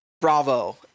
bravo